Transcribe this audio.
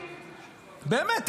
באמת,